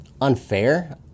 Unfair